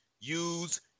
use